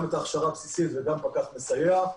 גם את ההכשרה הבסיסית וגם פקח מסייע,